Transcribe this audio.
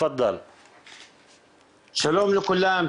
שלום לכולם,